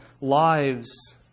lives